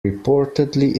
reportedly